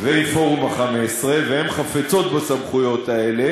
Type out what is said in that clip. ועם פורום ה-15, והם חפצים בסמכויות האלה.